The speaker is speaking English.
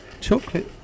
chocolate